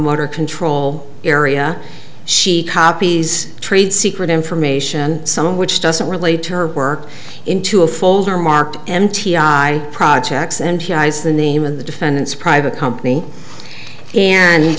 motor control area she copies trade secret information some of which doesn't relate to her work into a folder marked m t i projects and he has the name of the defendants private company and